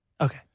Okay